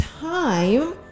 time